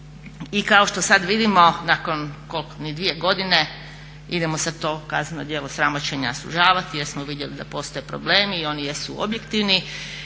I kao što sada vidimo nakon koliko, ni dvije godine idemo sada to kazneno djelo sramoćenja sužavati jer smo vidjeli da postoje problemi i oni jesu objektivni